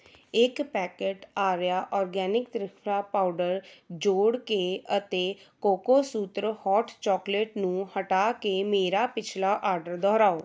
ਇੱਕ packet Arya organic triphala powder ਜੋੜ ਕੇ ਅਤੇ ਕੋਕੋਸੂਤਰ ਹੌਟ ਚਾਕਲੇਟ ਨੂੰ ਹਟਾ ਕੇ ਮੇਰਾ ਪਿਛਲਾ ਆਰਡਰ ਦੁਹਰਾਓ